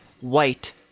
white